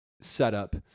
setup